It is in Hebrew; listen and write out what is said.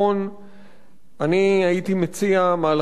אני הייתי מציע מהלכים נוספים בכיוון הזה,